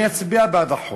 אני אצביע בעד החוק.